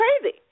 crazy